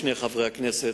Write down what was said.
שני חברי הכנסת,